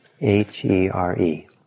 H-E-R-E